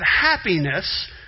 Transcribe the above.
happiness